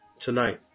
tonight